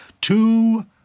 two